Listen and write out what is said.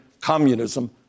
communism